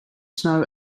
snow